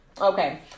okay